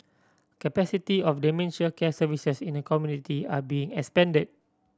capacity of dementia care services in the community are being expanded